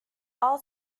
all